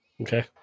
Okay